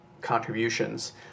contributions